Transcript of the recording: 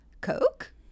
Coke